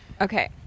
Okay